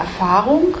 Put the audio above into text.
Erfahrung